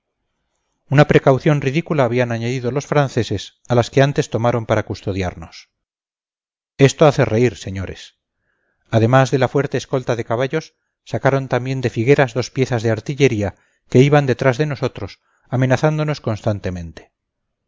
una precaución ridícula habían añadido los franceses a las que antes tomaran para custodiarnos esto hace reír señores además de la fuerte escolta de caballos sacaron también de figueras dos piezas de artillería que iban detrás de nosotros amenazándonos constantemente